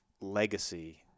legacy